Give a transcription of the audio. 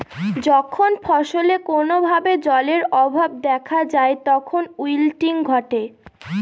যখন ফসলে কোনো ভাবে জলের অভাব দেখা যায় তখন উইল্টিং ঘটে